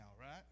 right